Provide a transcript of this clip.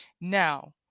Now